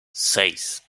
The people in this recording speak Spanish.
seis